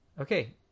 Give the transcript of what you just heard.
Okay